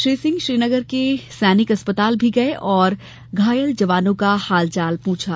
श्री सिंह श्रीनगर के सैनिक अस्पताल भी गये और घायल जवानों का हाल चाल पूछा